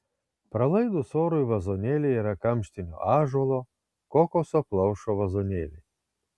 pralaidūs orui vazonėliai yra kamštinio ąžuolo kokoso plaušo vazonėliai